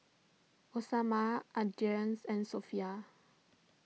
Osman Idris and Sofea